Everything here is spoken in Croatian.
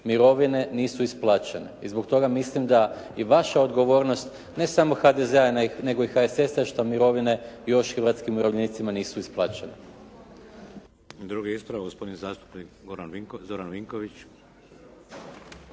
mirovine nisu isplaćene. I zbog toga mislim da i vaša odgovornost, ne samo HDZ-a, nego i HSS-a što mirovine još hrvatskim umirovljenicima nisu isplaćene.